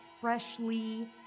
freshly